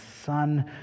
son